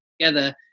together